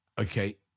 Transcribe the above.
okay